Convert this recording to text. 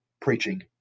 preaching